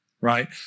Right